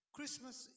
Christmas